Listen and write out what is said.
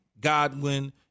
Godwin